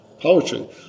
poetry